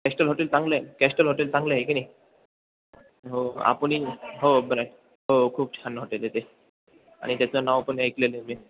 castle hotel चांगलं आहे castle hotel चांगलं आहे की नाही हो आपण हो बरं आहे हो खूप छान हॉटेल आहे ते आणि त्याचं नाव पण ऐकलेलं आहे मी